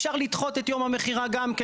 אפשר לדחות את יום המכירה גם כן.